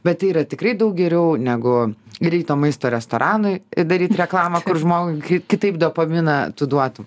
bet tai yra tikrai daug geriau negu greito maisto restoranui daryt reklamą kur žmogui kitaip dopaminą tu duotum